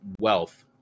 wealth